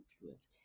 influence